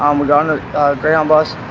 um we got on a greyhound bus,